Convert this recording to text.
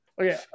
okay